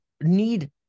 need